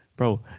Bro